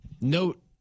note